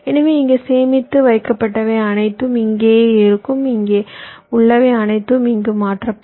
எனவே இங்கே சேமித்து வைக்கப்பட்டவை அனைத்தும் இங்கேயே இருக்கும் இங்கே உள்ளவை அனைத்தும் இங்கு மாற்றப்படும்